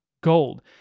gold